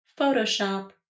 Photoshop